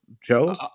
Joe